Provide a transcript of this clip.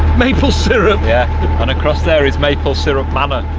maple syrup? yeah and across there is maple syrup manor.